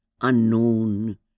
unknown